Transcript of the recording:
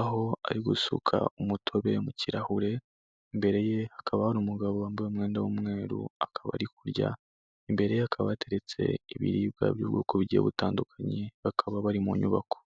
aho ari gusuka umutobe mu kirahure, imbere ye hakaba hari umugabo wambaye umwenda w'umweru akaba ari kurya, imbere ye hakaba hateretse ibiribwa by'ubwoko bugiye butandukanye bakaba bari mu nyubako.